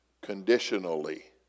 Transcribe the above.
conditionally